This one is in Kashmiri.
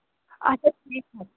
اچھا